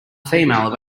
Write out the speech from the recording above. female